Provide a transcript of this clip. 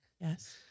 Yes